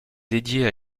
dédiée